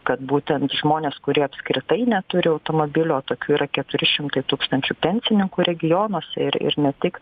kad būtent žmonės kurie apskritai neturi automobilio o tokių yra keturi šimtai tūkstančių pensininkų regionuose ir ir ne tik